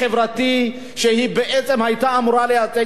שהיתה אמורה לייצג את האוכלוסיות החלשות,